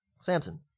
Samson